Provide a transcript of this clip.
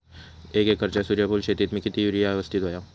एक एकरच्या सूर्यफुल शेतीत मी किती युरिया यवस्तित व्हयो?